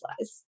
lies